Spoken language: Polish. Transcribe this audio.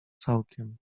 całkiem